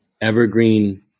evergreen